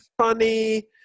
funny